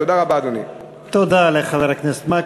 תודה רבה, אדוני.